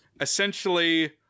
essentially